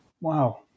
wow